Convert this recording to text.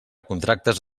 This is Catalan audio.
contractes